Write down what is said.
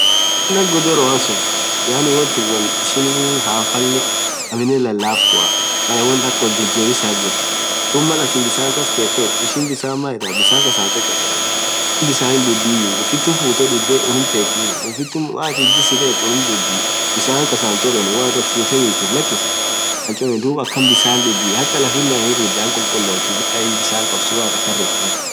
Wonn akha ghothoroa suun Yaani wontun won ishin hafale aminen lalafthu won akha wojejebisaa dhub Mal athin bisa kaske ishin bisan maaithen bisan kasa hichocho benu ishin bisan hindhudhiyu ufithum futhee dhudhe teteni woathin ithi jisethethu unum dhudhii bisan kasa hinchobenu woo atin futhee michith lakis dhub akhan bisan dhj huhhii athaa lafinen hirdhaa hikhukhukothi bisan khabsun woathin ridhun